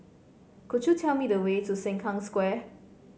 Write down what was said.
could you tell me the way to Sengkang Square